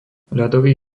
ľadový